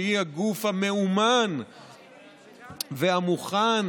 שהיא הגוף המיומן והמוכן